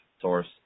source